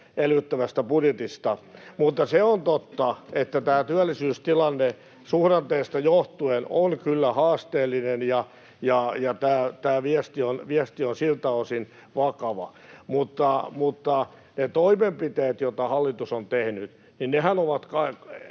elvyttävästä budjetista. Mutta se on totta, että työllisyystilanne suhdanteesta johtuen on kyllä haasteellinen, ja tämä viesti on siltä osin vakava. En usko, että kukaan täällä salissa on sitä mieltä, että ne